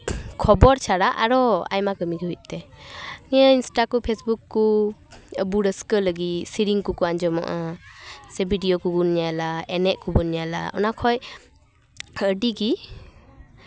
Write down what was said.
ᱠᱷᱚᱵᱚᱨ ᱪᱷᱟᱲᱟ ᱟᱨᱚ ᱟᱭᱢᱟ ᱠᱟᱹᱢᱤᱜᱮ ᱦᱩᱭᱩᱜ ᱠᱟᱱᱟ ᱱᱤᱭᱟᱹ ᱤᱱᱥᱴᱟ ᱠᱚ ᱯᱷᱮᱥᱵᱩᱠ ᱠᱚ ᱟᱵᱚ ᱨᱟᱹᱥᱠᱟᱹ ᱞᱟᱹᱜᱤᱫ ᱥᱮᱨᱮᱧ ᱠᱚᱠᱚ ᱟᱸᱡᱚᱢᱚᱜᱼᱟ ᱥᱮ ᱵᱤᱰᱷᱤᱭᱚ ᱠᱚᱵᱚᱱ ᱧᱮᱞᱟ ᱮᱱᱮᱡ ᱠᱚᱵᱚᱱ ᱧᱮᱞᱟ ᱚᱱᱟ ᱠᱷᱚᱡ ᱟᱹᱰᱤ ᱜᱮ